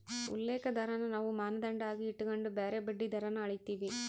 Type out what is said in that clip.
ಉಲ್ಲೇಖ ದರಾನ ನಾವು ಮಾನದಂಡ ಆಗಿ ಇಟಗಂಡು ಬ್ಯಾರೆ ಬಡ್ಡಿ ದರಾನ ಅಳೀತೀವಿ